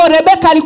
Rebecca